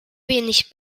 wenig